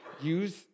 use